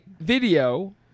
video